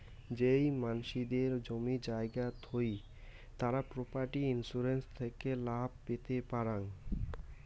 যেই মানসিদের জমি জায়গা থুই তারা প্রপার্টি ইন্সুরেন্স থেকে লাভ পেতে পারাং